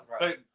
Right